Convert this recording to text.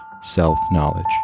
self-knowledge